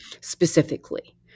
Specifically